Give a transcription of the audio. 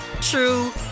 true